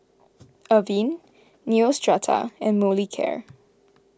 Avene Neostrata and Molicare